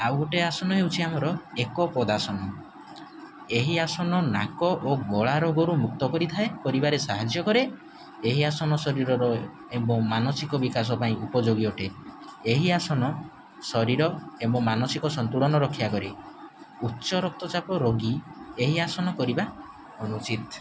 ଆଉ ଗୋଟେ ଆସନ ହେଉଛି ଆମର ଏକପଦାସନ ଏହି ଆସନ ନାକ ଓ ଗଳା ରୋଗରୁ ମୁକ୍ତ କରିଥାଏ କରିବାରେ ସାହାଯ୍ୟ କରେ ଏହି ଆସନ ଶରୀରର ଏବଂ ମାନସିକ ବିକାଶ ପାଇଁ ଉପଯୋଗୀ ଅଟେ ଏହି ଆସନ ଶରୀର ଏବଂ ମାନସିକ ସନ୍ତୁଳନ ରକ୍ଷା କରେ ଉଚ୍ଚ ରକ୍ତଚାପ ରୋଗୀ ଏହି ଆସନ କରିବା ଅନୁଚିତ୍